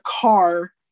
car